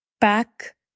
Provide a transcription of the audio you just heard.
back